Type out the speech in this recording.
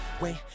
wait